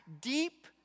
deep